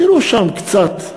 תראו שם קצת,